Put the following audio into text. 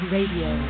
Radio